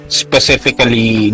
specifically